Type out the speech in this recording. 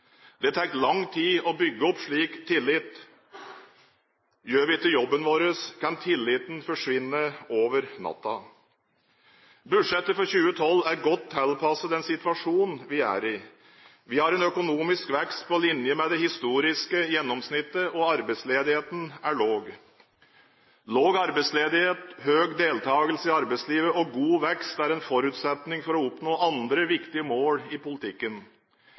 det. Det tar lang tid å bygge opp slik tillit. Gjør vi ikke jobben vår, kan tilliten forsvinne over natten. Budsjettet for 2012 er godt tilpasset den situasjonen vi er i. Vi har en økonomisk vekst på linje med det historiske gjennomsnittet, og arbeidsledigheten er lav. Lav arbeidsledighet, høy deltakelse i arbeidslivet og god vekst er forutsetninger for å oppnå andre viktige mål i politikken.